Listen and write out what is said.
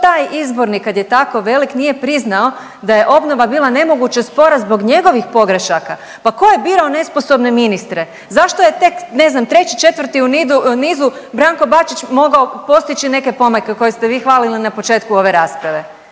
što taj izbornik kad je tako velik nije priznao da je obnova bila nemoguće spora zbog njegovih pogrešaka. Pa tko je birao nesposobne ministre? Zato je tek ne znam 3, 4 u niz Branko Bačić mogao postići neke pomake koje ste vi hvalili na početku ove rasprave?